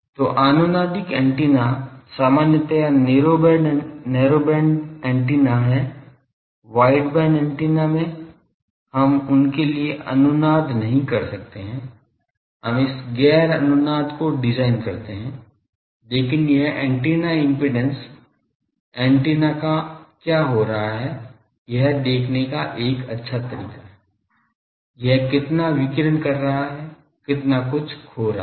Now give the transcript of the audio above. तो अनुनादिक एंटीना सामान्यतया नैरो बैंड एंटेना है वाइडबैंड एंटेना में हम उनके लिए अनुनाद नहीं कर सकते हैं हम इन गैर अनुनाद को डिजाइन करते हैं लेकिन यह एंटीना इम्पीडेन्स एंटीना का क्या हो रहा है यह देखने का एक अच्छा तरीका है यह कितना विकिरण कर रहा है कितना कुछ खो रहा है